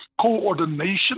coordination